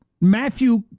Matthew